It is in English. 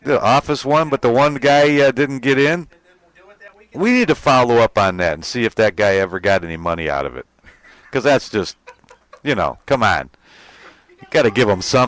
the office one but the one guy didn't get in to follow up on that and see if that guy ever got any money out of it because that's just you know come out gotta give him some